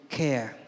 care